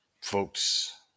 folks